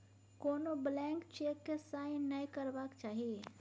कोनो blank cheque केँ sign नहि करबाक चाही